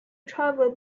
travel